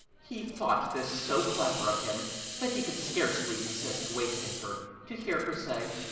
he thought this so clever of him that he could scarcely resist wakening her to hear her say,